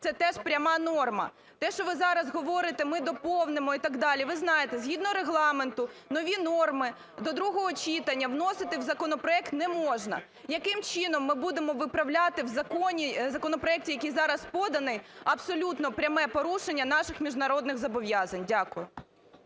Це теж пряма норма. Те, що ви зараз говорите, ми доповнимо і так далі. Ви знаєте, згідно Регламенту, нові норми до другого читання вносити в законопроект не можна. Яким чином ми будемо виправляти в законі, законопроекті, який зараз поданий, абсолютно пряме порушення наших міжнародних зобов'язань? Дякую.